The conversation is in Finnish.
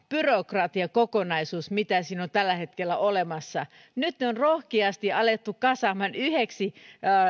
byrokratiakokonaisuus mitä siinä on tällä hetkellä olemassa nyt ne on rohkeasti alettu kasaamaan yhdeksi